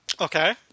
Okay